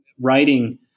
writing